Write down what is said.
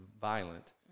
violent